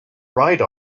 write